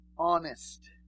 Honest